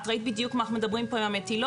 אנחנו מדברים פה על המטילות,